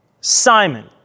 Simon